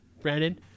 Brandon